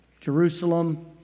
Jerusalem